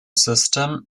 system